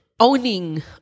Owning